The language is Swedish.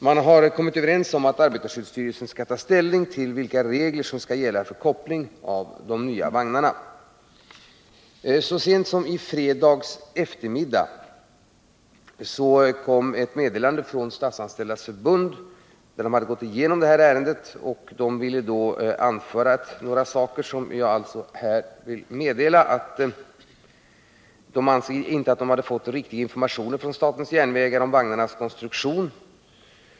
Man har kommit överens om att arbetarskyddsstyrelsen skall ta ställning till vilka regler som skall gälla för Så sent som på fredagseftermiddagen kom ett meddelande från Statsanställdas förbund. Man hade gått igenom det här ärendet och ville framföra några synpunkter som jag här skall referera. Statsanställdas förbund anser sig inte ha fått riktig information från SJ om vagnarnas konstruktion.